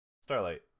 starlight